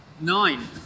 Nine